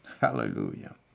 hallelujah